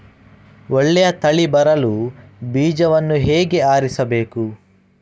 ಒಳ್ಳೆಯ ತಳಿ ಬರಲು ಬೀಜವನ್ನು ಹೇಗೆ ಆರಿಸಬೇಕು?